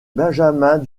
benjamin